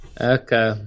Okay